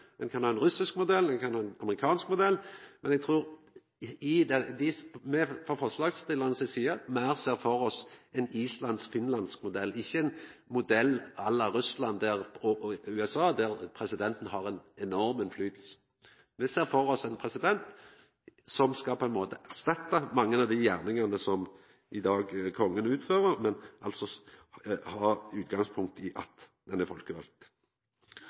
ein kan ha ein russisk modell, ein kan ha ein amerikansk modell, men eg trur at me frå forslagsstillarane si side meir ser for oss ein islandsk-finsk modell, ikkje ein modell à la Russland og USA, der presidenten har ein enorm innflytelse. Me ser for oss ein president som på ein måte skal erstatta mange av dei gjerningane som kongen i dag utfører, men har utgangspunkt i at den er folkevald.